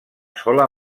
sola